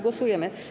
Głosujemy.